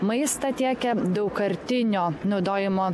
maistą tiekia daugkartinio naudojimo